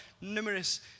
numerous